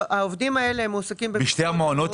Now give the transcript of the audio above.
העובדים האלה מועסקים במשרות --- בשני